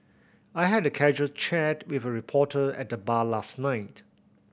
I had a casual chat with a reporter at the bar last night